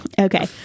Okay